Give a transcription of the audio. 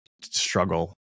struggle